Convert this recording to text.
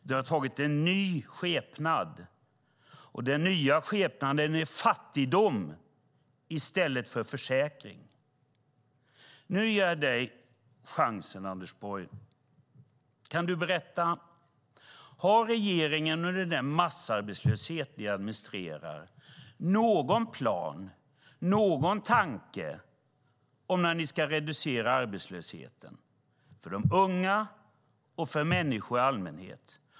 Det har tagit en ny skepnad i form av fattigdom i stället för försäkring. Jag ger dig chansen, Anders Borg, att berätta: Har regeringen under den massarbetslöshet ni administrerar någon plan eller tanke om när arbetslösheten ska reduceras för unga och för människor i allmänhet?